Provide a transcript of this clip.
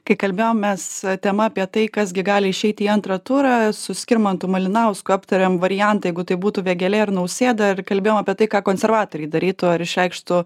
kai kalbėjom mes tema apie tai kas gi gali išeit į antrą turą su skirmantu malinausku aptarėm variantą jeigu tai būtų vėgėlė ir nausėda ir kalbėjom apie tai ką konservatoriai darytų ar išreikštų